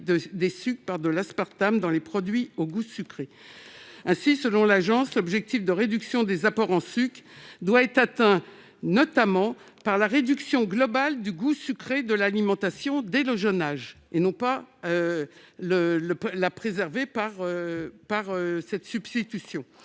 des sucres par [de l'aspartame] dans les produits au goût sucré ». Ainsi, selon l'agence, l'objectif de réduction des apports en sucre doit être atteint, notamment, par la réduction globale du goût sucré de l'alimentation dès le jeune âge, et non en cherchant à le préserver par le biais d'une substitution.